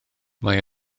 mae